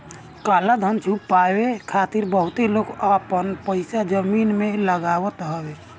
काला धन के छुपावे खातिर बहुते लोग आपन पईसा जमीन में लगावत हवे